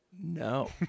No